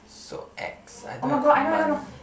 so ex I don't have money